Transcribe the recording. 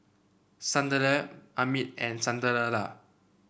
Sunderlal Amit and Sunderlal